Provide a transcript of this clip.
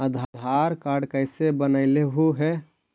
आधार card कईसे बनैलहु हे?